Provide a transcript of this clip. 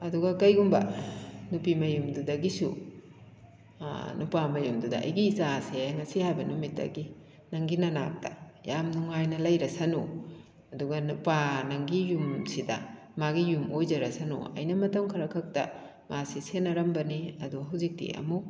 ꯑꯗꯨꯒ ꯀꯔꯤꯒꯨꯝꯕ ꯅꯨꯄꯤ ꯃꯌꯨꯝꯗꯨꯗꯒꯤꯁꯨ ꯅꯨꯄꯥ ꯃꯌꯨꯝꯗꯨꯗ ꯑꯩꯒꯤ ꯏꯆꯥꯁꯦ ꯉꯁꯤ ꯍꯥꯏꯕ ꯅꯨꯃꯤꯠꯇꯒꯤ ꯅꯪꯒꯤ ꯅꯅꯥꯛꯇ ꯌꯥꯝ ꯅꯨꯡꯉꯥꯏꯅ ꯂꯩꯔꯁꯅꯨ ꯑꯗꯨꯒ ꯅꯨꯄꯥ ꯅꯪꯒꯤ ꯌꯨꯝꯁꯤꯗ ꯃꯥꯒꯤ ꯌꯨꯝ ꯑꯣꯏꯖꯔꯁꯅꯨ ꯑꯩꯅ ꯃꯇꯝ ꯈꯔ ꯈꯛꯇ ꯃꯥꯁꯤ ꯁꯦꯟꯅꯔꯝꯕꯅꯤ ꯑꯗꯣ ꯍꯧꯖꯤꯛꯇꯤ ꯑꯃꯨꯛ